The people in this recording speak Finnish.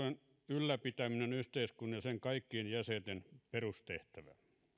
ylläpitäminen on yhteiskunnan ja sen kaikkien jäsenten perustehtävä